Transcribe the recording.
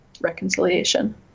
reconciliation